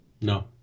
No